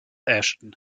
ashton